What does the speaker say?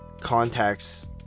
contacts